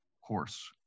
horse